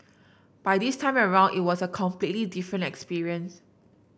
by this time around it was a completely different experience